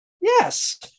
yes